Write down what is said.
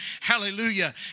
Hallelujah